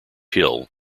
hill